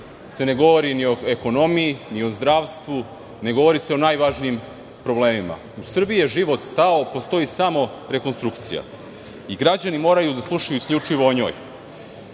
se ne govori ni o ekonomiji, ni o zdravstvu. Ne govori se o najvažnijim problemima. U Srbiji je život stao i postoji samo rekonstrukcija i građani moraju da slušaju isključivo o njoj. Kada